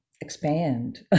expand